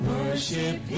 Worship